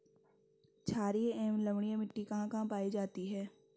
छारीय एवं लवणीय मिट्टी कहां कहां पायी जाती है?